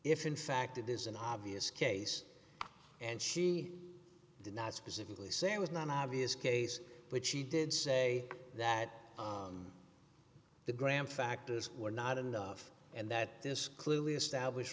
if in fact it is an obvious case and she did not specifically say it was not an obvious case but she did say that the grand factors were not enough and that this clearly establish